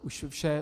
Už vše.